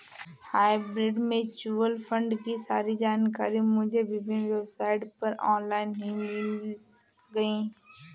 hybrid mutual fund की सारी जानकारी मुझे विभिन्न वेबसाइट पर ऑनलाइन ही मिल गयी